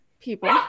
people